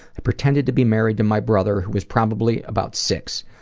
i pretended to be married to my brother who was probably about six.